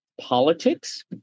politics